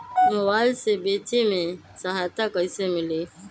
Mobile से बेचे में सहायता कईसे मिली?